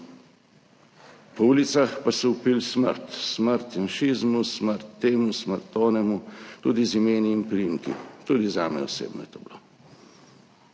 Po ulicah pa so vpili: smrt, smrt janšizmu, smrt temu, smrt tistemu, tudi z imeni in priimki. Tudi zame osebno je to bilo.